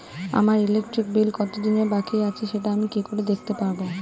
আমার electric bill কত দিনের বাকি আছে সেটা আমি কি করে দেখতে পাবো?